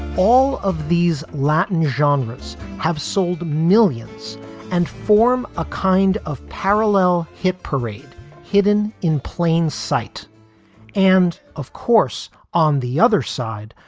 all of these latin genres have sold millions and form a kind of parallel hit parade hidden in plain sight and of course, on the other side,